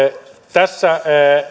tässä